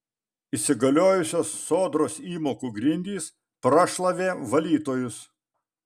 įsigaliojusios sodros įmokų grindys prašlavė valytojus